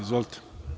Izvolite.